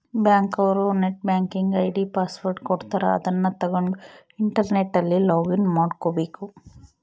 bank ಅವ್ರು net banking ID password ಕೊಡ್ತಾರ ಅದುನ್ನ ತಗೊಂಡ್ ಇಂಟರ್ನೆಟ್ ಅಲ್ಲಿ ಲೊಗಿನ್ ಮಾಡ್ಕಬೇಕು